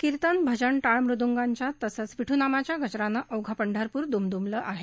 किर्तन भजन टाळ मुद्गांच्या तसंच विठु नामाच्या गजरानं अवघं पंढरप्र द्मद्मनं गेलं आहे